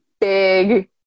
big